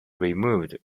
removed